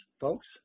folks